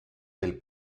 del